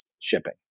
shipping